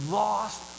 lost